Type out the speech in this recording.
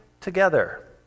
together